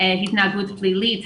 התנהגות פלילית,